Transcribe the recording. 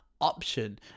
option